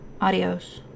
adios